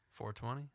420